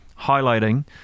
highlighting